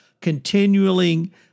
continually